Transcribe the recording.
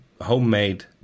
homemade